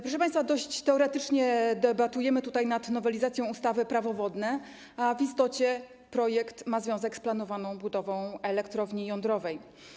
Proszę państwa, dość teoretycznie debatujemy tutaj nad nowelizacją ustawy - Prawo wodne, a w istocie projekt ma związek z planowaną budową elektrowni jądrowej.